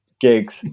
gigs